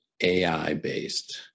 AI-based